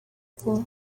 vuba